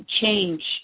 change